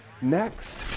next